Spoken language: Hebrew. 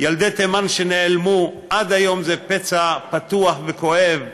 ילדי תימן שנעלמו, עד היום זה פצע פתוח וכואב,